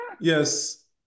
yes